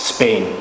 Spain